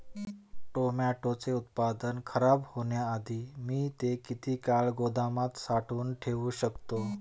टोमॅटोचे उत्पादन खराब होण्याआधी मी ते किती काळ गोदामात साठवून ठेऊ शकतो?